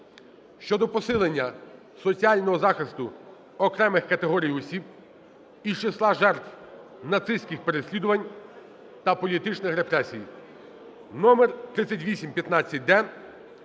щодо посилення соціального захисту окремих категорій осіб із числа жертв нацистських переслідувань та політичних репресій (№3815-д),